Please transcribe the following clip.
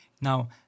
Now